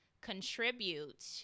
contribute